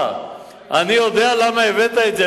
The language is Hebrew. אני יודע למה הבאת את זה.